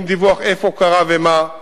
עם דיווח איפה קרה ומה.